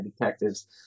detectives